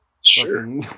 Sure